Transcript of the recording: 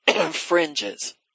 fringes